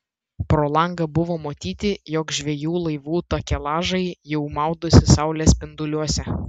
pro langą buvo matyti jog žvejų laivų takelažai jau maudosi saulės spinduliuose